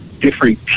different